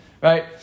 right